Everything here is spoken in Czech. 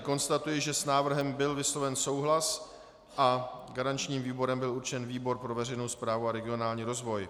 Konstatuji, že s návrhem byl vysloven souhlas a garančním výborem byl určen výbor pro veřejnou správu a regionální rozvoj.